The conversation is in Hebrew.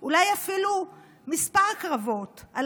על הנגב, אולי אפילו כמה קרבות.